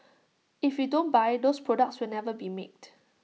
if you don't buy those products will never be made